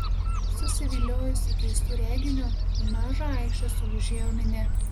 susiviliojusi keistu reginiu į mažą aikštę sugužėjo minia